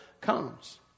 comes